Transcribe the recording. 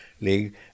league